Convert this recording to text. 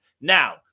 Now